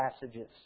passages